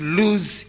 lose